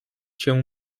się